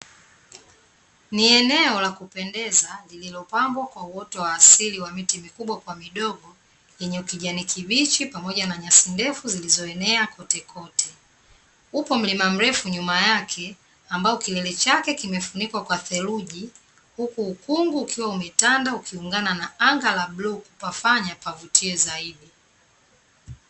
ni eneo la kupendeza lilopambwa kwa uoto wa asili wa miti mikubwa kwa midogo yenye ukijani kibichi pamoja na nyasi ndefu zilizoenea kotekote. upo mllma mrefu nyuma yake ambapo kilele chake umefunikwa kwa theluji huku ukungu ukiwa umetanda ukiungana na anga la bluu kufanya pavutie zaidi.